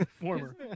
Former